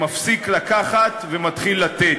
מפסיק לקחת ומתחיל לתת.